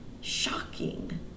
shocking